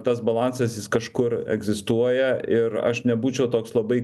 tas balansas jis kažkur egzistuoja ir aš nebūčiau toks labai